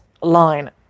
line